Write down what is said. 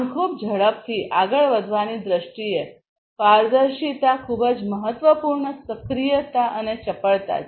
આમ ખૂબ ઝડપથી આગળ વધવાની દ્રષ્ટિએ પારદર્શિતા ખૂબ જ મહત્વપૂર્ણ સક્રિયતા અને ચપળતા છે